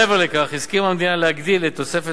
מעבר לכך הסכימה המדינה להגדיל את תוספת